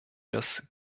das